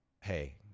hey